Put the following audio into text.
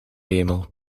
hemel